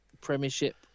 Premiership